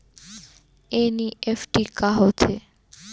NEFT का होथे?